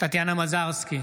טטיאנה מזרסקי,